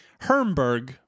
Hermberg